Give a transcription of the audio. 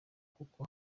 kuko